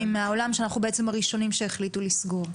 מהעולם שאנחנו בעצם הראשונים שהחליטו לסגור.